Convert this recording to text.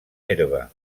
herba